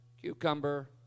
Cucumber